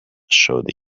showed